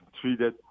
treated